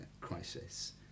crisis